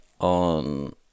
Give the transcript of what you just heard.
on